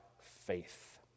faith